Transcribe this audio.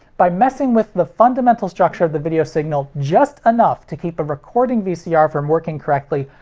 by messing with the fundamental structure of the video signal just enough to keep a recording vcr from working correctly,